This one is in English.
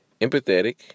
empathetic